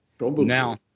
Now